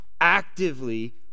actively